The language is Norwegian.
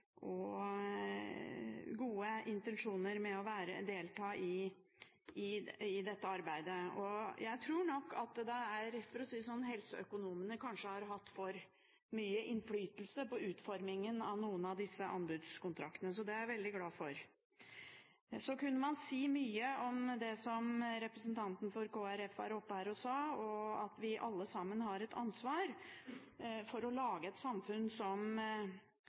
og gode intensjoner når det gjelder å delta i dette arbeidet – for å si det sånn, helseøkonomene har kanskje hatt for mye innflytelse på utformingen av noen av disse anbudskontraktene – så det er jeg veldig glad for. Man kunne si mye om det som representanten for Kristelig Folkeparti var oppe her og sa, og at vi alle har et ansvar for å lage et samfunn